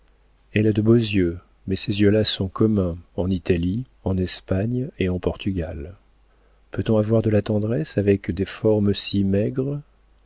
elle a de beaux yeux mais ces yeux-là sont communs en italie en espagne et en portugal peut-on avoir de la tendresse avec des formes si maigres